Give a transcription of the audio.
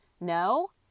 No